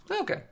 Okay